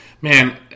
man